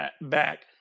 back